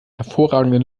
hervorragenden